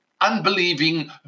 unbelieving